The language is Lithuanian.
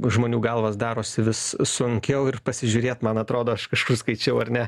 žmonių galvas darosi vis sunkiau ir pasižiūrėt man atrodo aš kažkur skaičiau ar ne